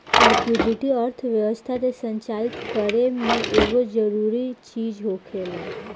liquidity अर्थव्यवस्था के संचालित करे में एगो जरूरी चीज होखेला